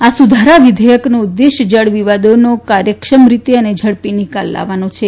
આ સુધારા વિધેયકનો ઉદ્દેશ જળ વિવાદોનો કાર્યક્ષમ રીતે અને ઝડપી નિકાલ લાવવાનો છે